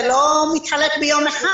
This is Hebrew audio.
זה לא מתחלק ביום אחד.